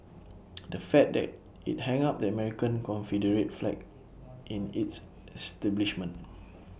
the fact that IT hung up the American Confederate flag in its establishment